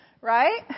Right